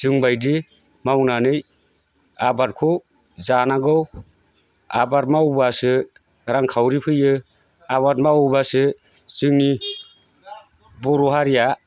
जोंबादि मावनानै आबादखौ जानांगौ आबाद मावोब्लासो रांखावरि फैयो आबाद मावोब्लासो जोंनि बर'हारिया